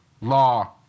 law